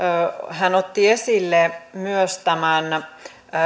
hän otti esille myös tämän